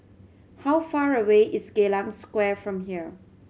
how far away is Geylang Square from here